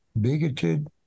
bigoted